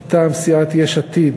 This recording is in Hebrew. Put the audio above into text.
מטעם סיעת יש עתיד,